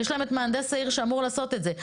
יש להם את מהנדס העיר שאמור לעשות את זה.